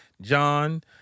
John